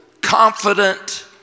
confident